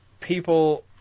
people